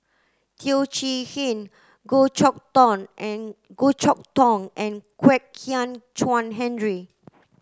Teo Chee Hean Goh Chok Tong and Goh Chok Tong and Kwek Hian Chuan Henry